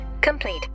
complete